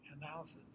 analysis